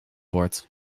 wordt